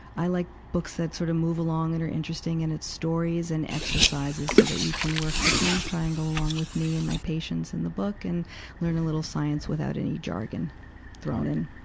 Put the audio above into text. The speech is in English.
i like books that sort of move along and are interesting. and it's stories and exercises so that you can work the change triangle along with me and my patients in the book and learn a little science without any jargon thrown in.